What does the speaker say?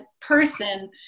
person